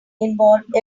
involve